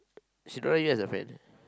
she don't like you as a friend